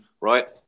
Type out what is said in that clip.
right